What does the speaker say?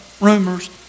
rumors